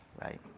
Right